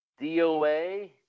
DOA